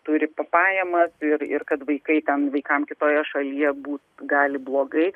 turi pajamas ir ir kad vaikai ten vaikams kitoje šalyje būt gali blogai